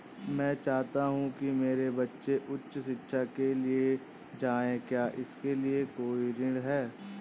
मैं चाहता हूँ कि मेरे बच्चे उच्च शिक्षा के लिए जाएं क्या इसके लिए कोई ऋण है?